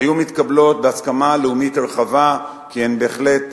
היו מתקבלות בהסכמה לאומית רחבה, כי הן בהחלט,